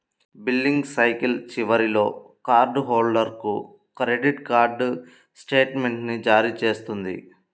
billing cycle చివరిలో card హోల్డర్కు credit card స్టేట్మెంట్ను జారీ చేస్తుంది